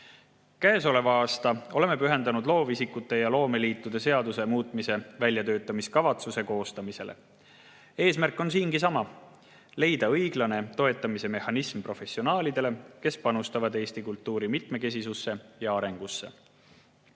Käesoleva aasta oleme pühendanud loovisikute ja loomeliitude seaduse muutmise väljatöötamiskavatsuse koostamisele. Eesmärk on siingi sama: leida õiglane toetamise mehhanism professionaalidele, kes panustavad Eesti kultuuri mitmekesisusse ja arengusse.